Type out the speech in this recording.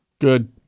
good